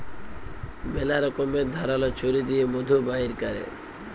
ম্যালা রকমের ধারাল ছুরি দিঁয়ে মধু বাইর ক্যরে